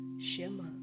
shimmer